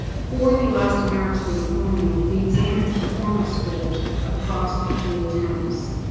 for the elastomeric group only, we examined performance scores across the three attempts.